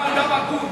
למה אני קורא רק לש"ס?